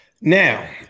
Now